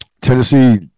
Tennessee